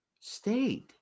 stayed